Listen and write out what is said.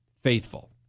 faithful